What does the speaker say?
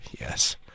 yes